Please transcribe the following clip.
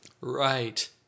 Right